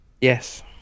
Yes